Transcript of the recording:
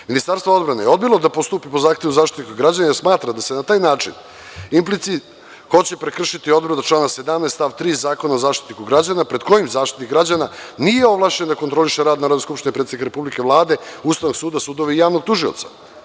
Ministarstvo odbrane je odbilo da postupi po zahtevu Zaštitnika građanina jer smatra da se na taj način hoće prekršiti odredbe člana 17. stav 3. Zakona o Zaštitniku građana, pred kojim Zaštitnik građana nije ovlašćen da kontroliše rad Narodne skupštine, predsednika Republike, Vlade, Ustavnog suda, sudova i javnog tužioca.